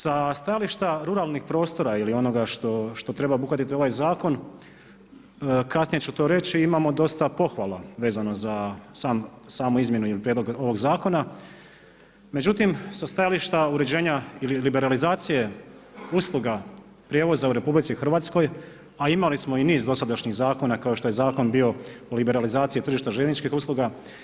Sa stajališta ruralnih prostora ili onoga što treba obuhvatiti ovaj zakon, kasnije ću to reći, imamo dosta pohvala vezano za samu izmjenu ili prijedlog ovog zakona, međutim sa stajališta uređenja ili liberalizacije usluga prijevoza usluga u RH, a imali smo niz dosadašnjih zakona, kao što je zakon bio o liberalizaciji tržišta željezničkih usluga.